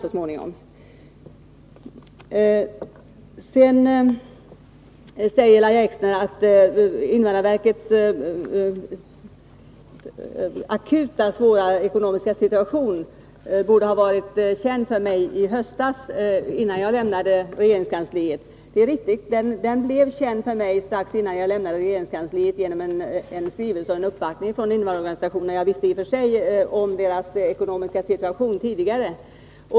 Sedan säger Lahja Exner att invandrarverkets svåra akuta ekonomiska situation borde ha varit känd för mig i höstas, innan jag lämnade regeringskansliet. Det är riktigt. Den blev känd för mig strax innan jag lämnade regeringskansliet — genom en skrivelse och uppvaktning från invandrarorganisationerna. Jag kände i och för sig till deras ekonomiska situation tidigare.